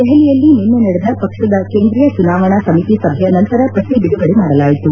ದೆಹಲಿಯಲ್ಲಿ ನಿನ್ನೆ ನಡೆದ ಪಕ್ಷದ ಕೇಂದ್ರೀಯ ಚುನಾವಣಾ ಸಮಿತಿ ಸಭೆಯ ನಂತರ ಪಟ್ಷಿ ಬಿಡುಗಡೆ ಮಾಡಲಾಯಿತು